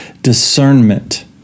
discernment